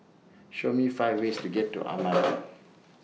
Show Me five ways to get to Amman